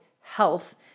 health